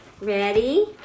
ready